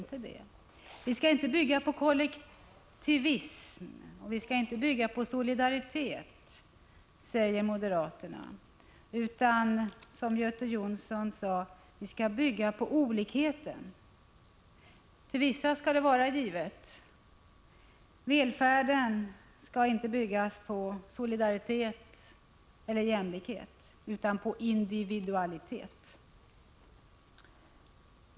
Vi skall enligt moderaterna inte bygga på kollektivism och inte på solidaritet, utan vi skall, som Göte Jonsson sade, bygga på olikheten. Vissa skall det vara givet. Välfärden skall inte byggas på solidaritet eller jämlikhet, utan på individualitet.